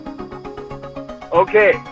Okay